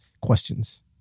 questions